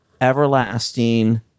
everlasting